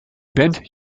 band